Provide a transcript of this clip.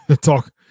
Talk